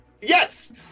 yes